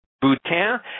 Boutin